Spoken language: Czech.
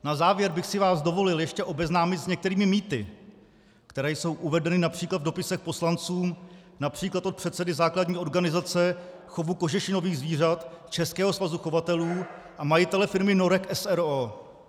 Na závěr bych si vás dovolil ještě obeznámit s některými mýty, které jsou uvedeny např. v dopisech poslancům, například od předsedy základní organizace chovu kožešinových zvířat Českého svazu chovatelů a majitele firmy Norek s. r. o.